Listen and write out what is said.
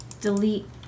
delete